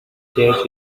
dared